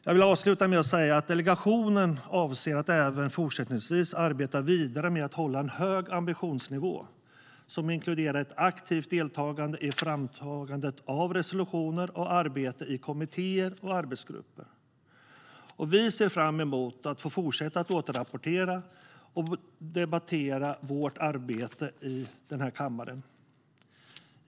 Jag vill avsluta med att säga att delegationen avser att även fortsättningsvis arbeta med att hålla en hög ambitionsnivå som inkluderar ett aktivt deltagande i framtagandet av resolutioner och arbete i kommittéer och arbetsgrupper. Vi ser fram emot att få fortsätta att i den här kammaren återrapportera om och debattera vårt arbete.